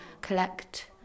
collect